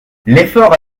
l’effort